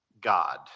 God